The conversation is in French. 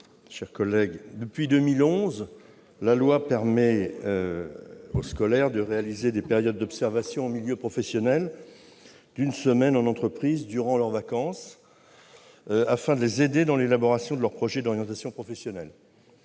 rectifié. Depuis 2011, la loi permet aux scolaires de réaliser des périodes d'observation en milieu professionnel d'une semaine durant leurs vacances, afin de les aider dans l'élaboration de leur projet d'orientation professionnelle.